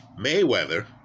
Mayweather